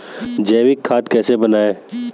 जैविक खाद कैसे बनाएँ?